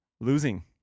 Losing